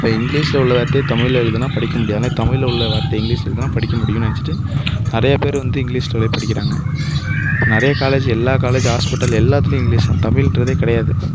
இப்போ இங்கிலீஷில் உள்ள அர்த்தத்தையே தமிழ்ல எழுதுனா படிக்க முடியாது அதேமாதிரி தமிழ்ல உள்ள வார்த்தை இங்கிலீஷில் எழுதுனா படிக்க முடியும்னு நினைச்சிட்டு நிறைய பேர் வந்து இங்கிலீஷ்லேயே படிக்கிறாங்க நிறைய காலேஜ் எல்லா காலேஜ் ஹாஸ்பிட்டல் எல்லாத்துலேயும் இங்கிலீஸ் தான் தமிழன்றதே கிடையாது